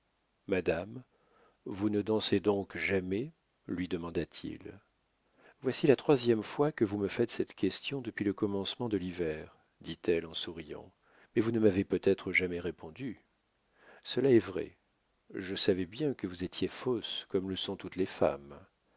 madame vous ne dansez donc jamais lui demanda-t-il voici la troisième fois que vous me faites cette question depuis le commencement de l'hiver dit-elle en souriant mais vous ne m'avez peut-être jamais répondu cela est vrai je savais bien que vous étiez fausse comme le sont toutes les femmes